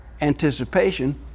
anticipation